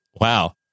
Wow